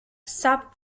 sap